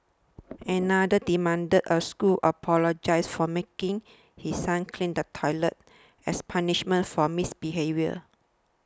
another demanded a school apologise for making his son clean the toilet as punishment for misbehaviour